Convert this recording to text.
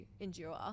endure